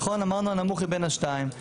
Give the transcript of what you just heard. אמרנו הנמוך מבין השניים.